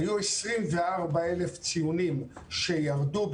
היו 24,000 ציונים שירדו,